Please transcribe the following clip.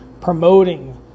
promoting